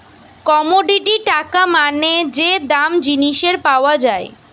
commodity টাকা মানে যে দাম জিনিসের পাওয়া যায়